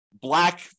black